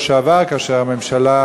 של חבר הכנסת ישראל אייכלר.